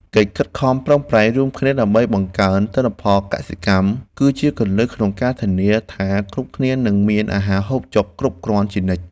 កិច្ចខិតខំប្រឹងប្រែងរួមគ្នាដើម្បីបង្កើនទិន្នផលកសិកម្ម គឺជាគន្លឹះក្នុងការធានាថាគ្រប់គ្នានឹងមានអាហារហូបចុកគ្រប់គ្រាន់ជានិច្ច។